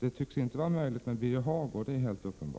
det tycks i alla fall inte vara möjligt att göra detta med Birger Hagård. Det är uppenbart.